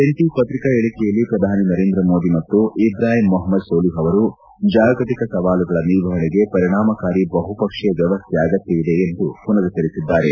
ಜಂಟ ಪತ್ರಿಕಾ ಹೇಳಕೆಯಲ್ಲಿ ಪ್ರಧಾನಿ ನರೇಂದ್ರ ಮೋದಿ ಮತ್ತು ಇಬ್ರಾಹಿಮ್ ಮೊಹಮದ್ ಸೋಲಿಹ್ ಅವರು ಜಾಗತಿಕ ಸವಾಲುಗಳ ನಿರ್ವಹಣೆಗೆ ಪರಿಣಾಮಕಾರಿ ಬಹುಪಕ್ಷೀಯ ವ್ಯವಸ್ಥೆ ಅಗತ್ಯವಿದೆ ಎಂದು ಪುನರುಚ್ಚರಿಸಿದ್ದಾರೆ